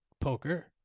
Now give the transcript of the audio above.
poker